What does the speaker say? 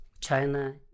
China